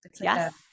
Yes